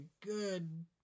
good